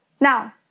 Now